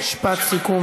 משפט סיכום,